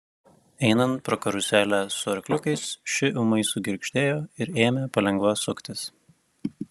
einant pro karuselę su arkliukais ši ūmai sugirgždėjo ir ėmė palengva suktis